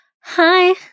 Hi